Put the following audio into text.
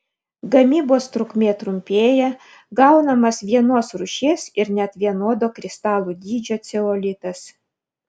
gamybos trukmė trumpėja gaunamas vienos rūšies ir net vienodo kristalų dydžio ceolitas